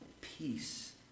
peace